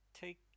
take